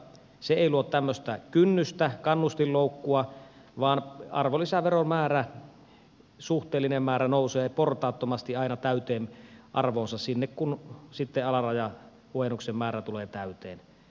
se ei luo tämmöistä kynnystä kannustinloukkua vaan arvonlisäveron suhteellinen määrä nousee portaattomasti aina täyteen arvoonsa sinne kun sitten alarajahuojennuksen määrä tulee täyteen